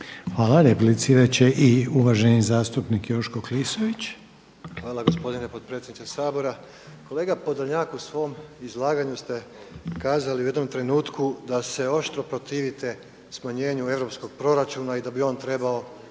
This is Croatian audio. Hvala. Replicirati će i uvaženi zastupnik Joško Klisović. **Klisović, Joško (SDP)** Hvala gospodine potpredsjedniče Sabora. Kolega Podolnjak u svom izlaganju ste kazali u jednom trenutku da se oštro protivite smanjenju europskog proračuna i da bi on trebao